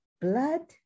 blood